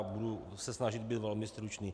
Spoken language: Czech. Budu se snažit být velmi stručný.